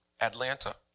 Atlanta